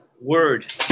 word